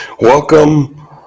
Welcome